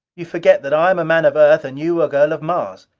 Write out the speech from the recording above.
you forget that i am a man of earth and you a girl of mars.